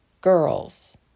girls